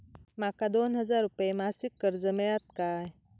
माका दोन हजार रुपये मासिक कर्ज मिळात काय?